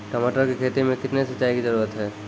टमाटर की खेती मे कितने सिंचाई की जरूरत हैं?